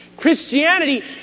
Christianity